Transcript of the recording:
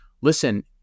listen